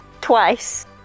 twice